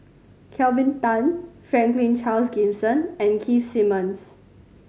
Kelvin Tan Franklin Charles Gimson and Keith Simmons